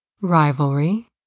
Rivalry